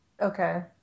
Okay